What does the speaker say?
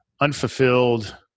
unfulfilled